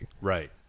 Right